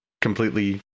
completely